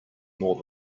more